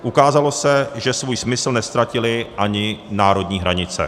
Ukázalo se, že svůj smysl neztratily ani národní hranice.